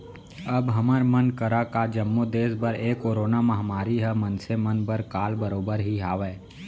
अब हमर मन करा का जम्मो देस बर ए करोना महामारी ह मनसे मन बर काल बरोबर ही हावय